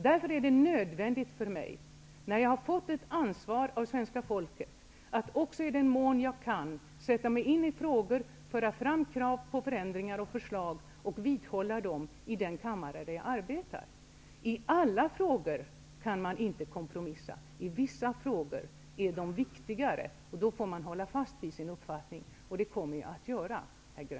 Med det ansvar jag har fått av svenska folket är det nödvändigt att i den mån jag kan sätta mig in i frågor, föra fram krav på förändringar, lämna förslag och vidhålla dessa i denna kammare. Man kan inte kompromissa i alla frågor. Vissa frågor är viktigare än andra, och då får man stå fast vid sin uppfattning, vilket jag också kommer att göra, herr